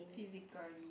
physically